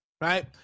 right